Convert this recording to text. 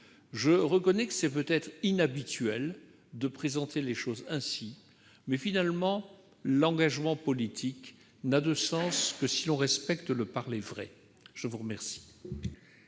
Je reconnais qu'il est peut-être inhabituel de présenter les choses ainsi, mais l'engagement politique n'a de sens que si l'on respecte le parler vrai. L'amendement